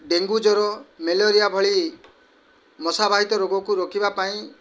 dengue ଜ୍ୱର malaria ଭଳି ମଶା ବାହିତ ରୋଗକୁ ରୋକିବା ପାଇଁ